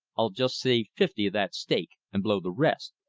i'll just save fifty of that stake, and blow the rest.